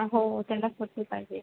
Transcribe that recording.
हो हो त्याला सुट्टी पाहिजे